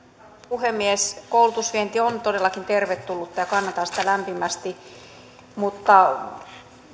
puhemies koulutusvienti on todellakin tervetullutta ja kannatan sitä lämpimästi mutta